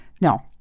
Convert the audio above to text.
No